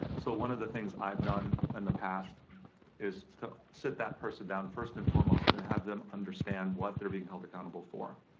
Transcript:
so one of the things i've done in and the past is sit that person down, first and foremost, and have them understand what they're being held accountable for.